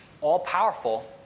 all-powerful